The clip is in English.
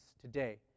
today